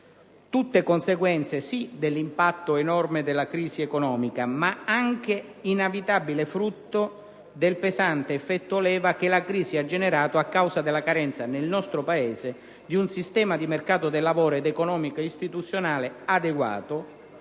Tutte conseguenze, sì, dell'impatto enorme della crisi economica, ma anche inevitabile frutto del pesante effetto leva che la crisi ha generato a causa della carenza nel nostro Paese di un sistema di mercato del lavoro, economico e istituzionale adeguato,